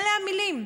אלה המילים: